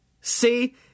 See